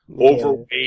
overweight